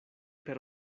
per